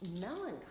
melancholy